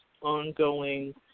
ongoing